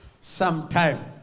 Sometime